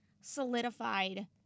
solidified